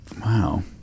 Wow